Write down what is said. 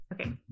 Okay